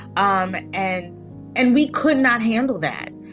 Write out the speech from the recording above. um and and we could not handle that.